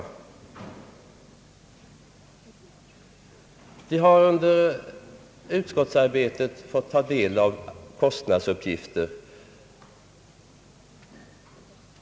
Vi har under utskottsarbetet fått ta del av kostnadsuppgifter.